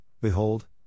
behold